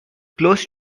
close